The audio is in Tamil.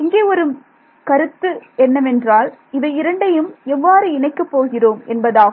இங்கே ஒரு முக்கியமான கருத்து என்னவென்றால் இவை இரண்டையும் எவ்வாறு இணைக்கப் போகிறோம் என்பதாகும்